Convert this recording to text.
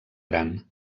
gran